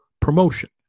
promotion